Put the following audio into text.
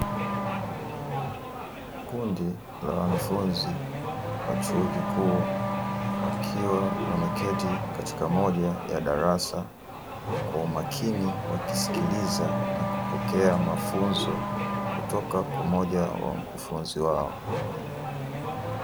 Kundi la wanafunzi wa chuo kikuu wakiwa wameketi katika moja ya darasa kwa umakini wakisikiliza na kupokea mafunzo kutoka kwa moja ya mkufunzi wao.